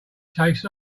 tastes